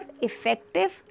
effective